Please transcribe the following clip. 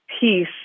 peace